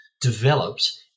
developed